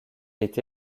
est